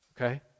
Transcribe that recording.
okay